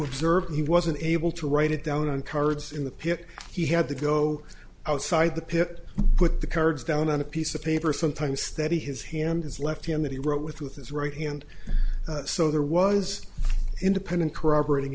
observe he wasn't able to write it down on cards in the pit he had to go outside the pit put the cards down on a piece of paper sometimes steady his hand his left hand that he wrote with with his right hand so there was independent corroborating